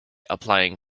applying